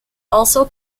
also